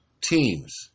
teams